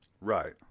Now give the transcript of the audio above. Right